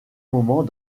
moment